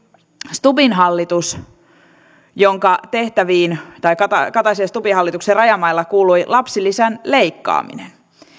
stubbin hallitus jonka tehtäviin tai kataisen kataisen ja stubbin hallituksen rajamailla kuului lapsilisän leikkaaminen